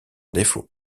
défaut